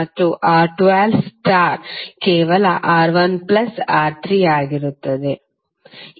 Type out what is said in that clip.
ಮತ್ತು R12 star ಕೇವಲ R1 plus R3 ಆಗಿರುತ್ತದೆ